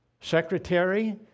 secretary